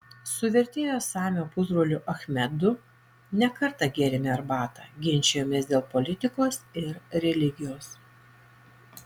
su vertėjo samio pusbroliu achmedu ne kartą gėrėme arbatą ginčijomės dėl politikos ir religijos